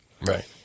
Right